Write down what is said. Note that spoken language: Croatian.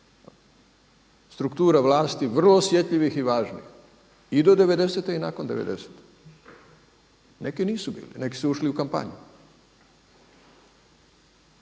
Struktura vlasti vrlo osjetljivih i važnih i do 90-te i nakon 90-te. Neki nisu bili. Neki su ušli u kampanju.